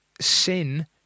sin